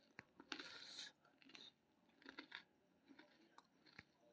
banking agent कें संबंधित bank दिस सं बैंकिंग सेवा प्रदान करै के मान्यता भेटल रहै छै